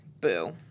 boo